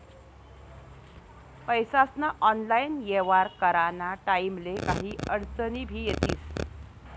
पैसास्ना ऑनलाईन येव्हार कराना टाईमले काही आडचनी भी येतीस